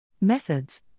Methods